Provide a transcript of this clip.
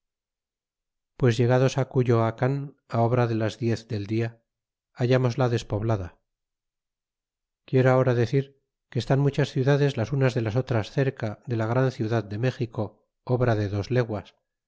pues llegados á cuyoacan obra de las diez del dia hallmosla despoblada quiero ahora decir que están muchas ciudades las unas de las otras cerca de la gran ciudad de méxico obra de dos leguas